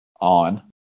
on